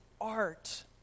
art